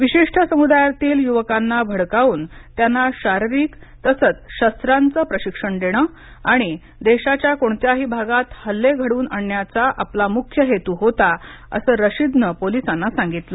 विशिष्ट समुदायातील युवकांना भडकावून त्यांना शारीरिक तसंच शस्त्रांचं प्रशिक्षण देणं आणि देशाच्या कोणत्याही भागात हल्ले घडवून आणण्याचा आपला मुख्य हेतु होता असं रशीदनं पोलिसांना सांगितलं